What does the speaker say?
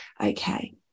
Okay